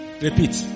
Repeat